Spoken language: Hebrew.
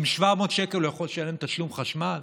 עם 700 שקל הוא יכול לשלם תשלום חשמל?